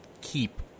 keep